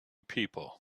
people